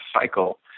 cycle